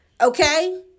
Okay